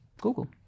Google